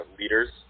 leaders